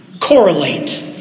correlate